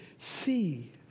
see